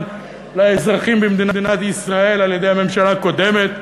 לאזרחים במדינת ישראל על-ידי הממשלה הקודמת,